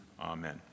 amen